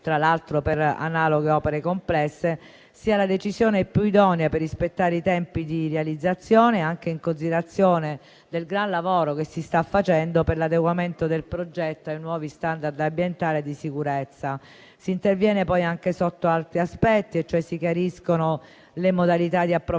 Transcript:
tra l'altro, per analoghe opere complesse - sia la decisione più idonea per rispettare i tempi di realizzazione, anche in considerazione del gran lavoro che si sta facendo per l'adeguamento del progetto ai nuovi *standard* ambientali e di sicurezza. Si interviene poi anche sotto altri aspetti, e cioè si chiariscono le modalità di approvazione